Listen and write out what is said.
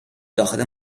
داخل